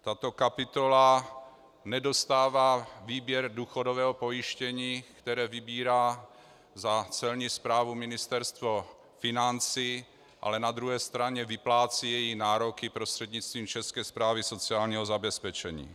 Tato kapitola nedostává výběr důchodového pojištění, které vybírá za Celní správu Ministerstvo financí, ale na druhé straně vyplácí její nároky prostřednictvím České správy sociálního zabezpečení.